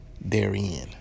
therein